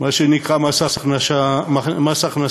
מה שנקרא מס הכנסה שלילי,